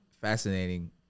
fascinating